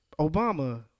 Obama